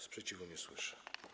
Sprzeciwu nie słyszę.